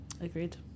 Agreed